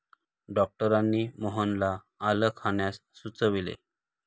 डॉक्टरांनी मोहनला आलं खाण्यास सुचविले